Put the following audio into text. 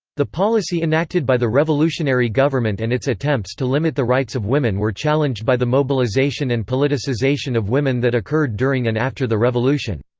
the policy enacted by the revolutionary government and its attempts to limit the rights of women were challenged by the mobilization and politicization of women that occurred during and after the revolution.